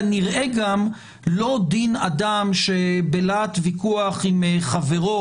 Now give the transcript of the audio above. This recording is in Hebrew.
כנראה גם לא דין אדם שבלהט ויכוח עם חברו